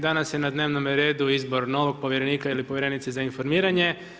Danas je na dnevnome redu izbor novog povjerenika ili povjerenice za informiranje.